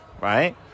right